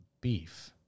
beef